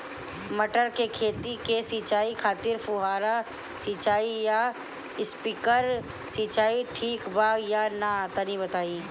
मटर के खेती के सिचाई खातिर फुहारा सिंचाई या स्प्रिंकलर सिंचाई ठीक बा या ना तनि बताई?